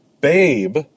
Babe